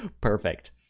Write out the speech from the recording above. Perfect